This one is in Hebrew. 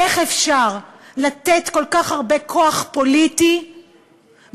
איך אפשר לתת כל כך הרבה כוח פוליטי בידיים